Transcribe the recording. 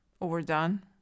overdone